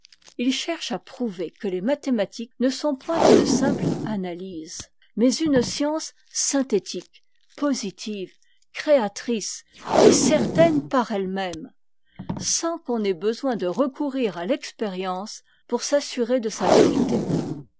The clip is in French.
il cherche à prouver que es mathé matiques ne sont point une simple analyse mais une'science synthétique positive créatrice et certaine par ehe meme sans qu'on ait besoin de recourir à l'expérience pour s'assurer de sa vérité